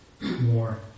more